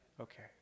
Okay